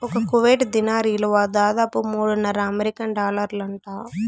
ఒక్క Kuwait dinar ఇలువ దాదాపు మూడున్నర అమెరికన్ డాలర్లంట